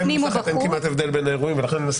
אין כמעט הבדל בין האירועים ולכן אני מנסה